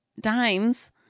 dimes